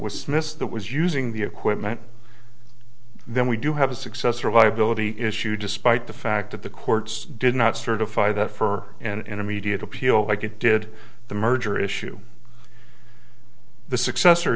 missed that was using the equipment then we do have a successor viability issue despite the fact that the courts did not certify that fur and immediate appeal like it did the merger issue the successor